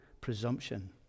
presumption